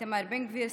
איתמר בן גביר,